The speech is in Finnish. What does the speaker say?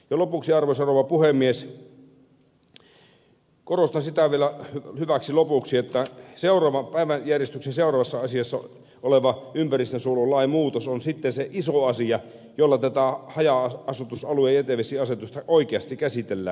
lopuksi arvoisa rouva puhemies korostan vielä hyväksi lopuksi sitä että päiväjärjestyksen seuraavassa asiassa oleva ympäristönsuojelulain muutos on sitten se iso asia jolla tätä haja asutusalueen jätevesiasetusta oikeasti käsitellään